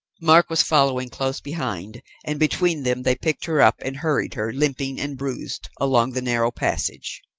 mark was following close behind, and between them they picked her up and hurried her, limping and bruised, along the narrow passage.